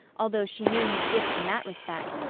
although she knew his gifts in that respect,